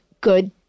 good